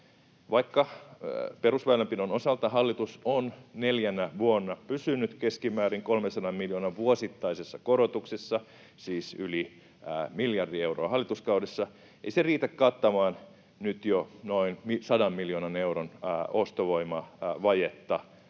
Vaikka perusväylänpidon osalta hallitus on neljänä vuonna pysynyt keskimäärin 300 miljoonan vuosittaisissa korotuksissa — siis yli miljardi euroa hallituskaudessa — ei se riitä kattamaan nyt jo noin 100 miljoonan euron ostovoimavajetta